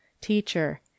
teacher